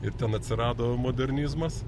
ir ten atsirado modernizmas